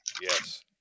Yes